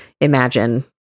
imagine